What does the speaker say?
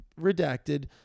redacted